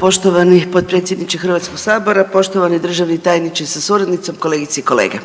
poštovani potpredsjedniče Hrvatskoga sabora. Poštovani državni tajniče sa suradnicom, kolegice i kolege.